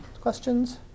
Questions